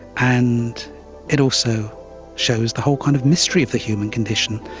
and it also shows the whole kind of mystery of the human condition.